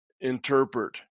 interpret